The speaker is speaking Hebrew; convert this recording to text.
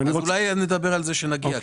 אולי נדבר על זה כשנגיע.